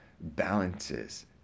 balances